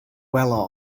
well